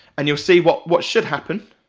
and you'll see what what should happen,